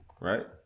right